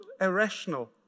irrational